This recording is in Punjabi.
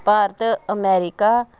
ਭਾਰਤ ਅਮੈਰੀਕਾ